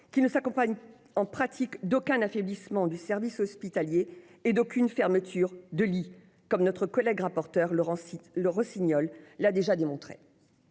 qui ne s'accompagnera en pratique d'aucun affaiblissement du service hospitalier et d'aucune fermeture de lits, comme notre collègue rapporteure, Laurence Rossignol, l'a déjà démontré.